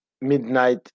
midnight